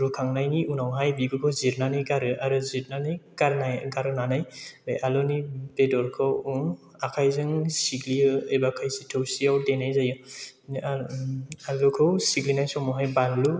रुखांनायनि उनावहाय बिगुरखौ जिरनानै गारो आरो जिरनानै गारनाय गारनानै आलुनि बेदरखौ आखाइजों सिग्लियो एबा खायसे थौसिआव देनाय जायो आलुखौ सिग्लिनाय समावहाय बानलु